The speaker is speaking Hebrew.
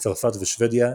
צרפת ושוודיה,